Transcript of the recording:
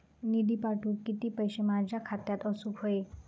निधी पाठवुक किती पैशे माझ्या खात्यात असुक व्हाये?